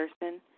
person